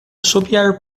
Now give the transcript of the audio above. assobiar